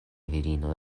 virino